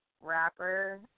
rapper